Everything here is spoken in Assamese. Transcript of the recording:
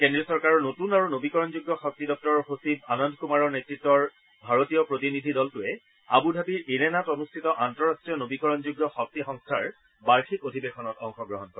কেন্দ্ৰীয় চৰকাৰৰ নতুন আৰু নবীকৰণযোগ্য শক্তি দপ্তৰৰ সচিব আনন্দ কুমাৰৰ নেতৃত্বৰ ভাৰতীয় প্ৰতিনিধি দলটোৱে আবু ধাবিৰ ইৰেণাত অনুষ্ঠিত আন্তঃৰাষ্ট্ৰীয় নবীকৰণযোগ্য শক্তি সংস্থাৰ বাৰ্ষিক অধিৱেশনত অংশগ্ৰহণ কৰে